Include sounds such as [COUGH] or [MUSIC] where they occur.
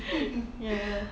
[NOISE] ya